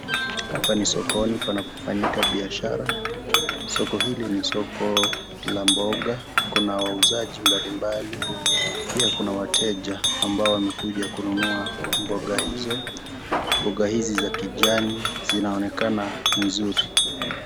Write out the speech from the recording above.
Hapa ni sokoni panapo fanyika biashara, soko hili ni soko la mboga kuna wauzaji mbali mbali pia kuna wateja ambao wamekuja kununua mboga hizo mboga hizi za kijani zinaonekana nzuri.